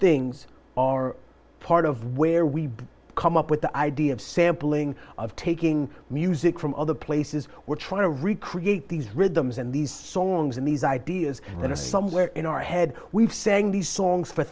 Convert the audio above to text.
things are part of where we come up with the idea of sampling of taking music from other places we're trying to recreate these rhythms and these songs and these ideas that are somewhere in our head we've saying these songs for